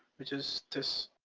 which is this.